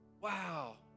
Wow